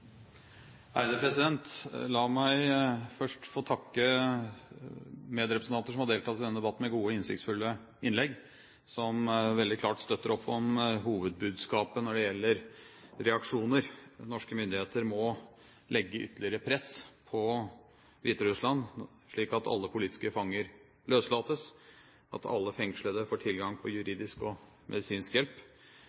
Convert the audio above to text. La meg først få takke medrepresentanter som har deltatt i denne debatten med gode og innsiktsfulle innlegg, som veldig klart støtter opp om hovedbudskapet når det gjelder reaksjoner. Norske myndigheter må legge ytterligere press på Hviterussland slik at alle politiske fanger løslates, at alle fengslede får tilgang på